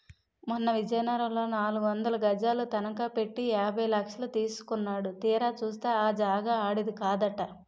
మొన్న విజయనగరంలో నాలుగొందలు గజాలు తనఖ పెట్టి యాభై లక్షలు తీసుకున్నాడు తీరా చూస్తే ఆ జాగా ఆడిది కాదట